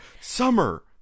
Summer